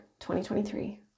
2023